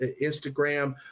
Instagram